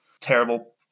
terrible